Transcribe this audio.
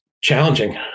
challenging